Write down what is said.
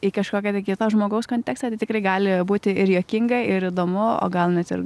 į kažkokio tai kito žmogaus kontekstą tai tikrai gali būti ir juokinga ir įdomu o gal net ir